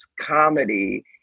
comedy